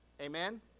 Amen